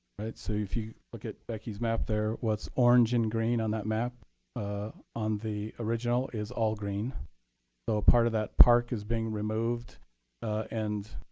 so if you look at becky's map there, what's orange in green on that map ah on the original is all green. so a part of that park is being removed and,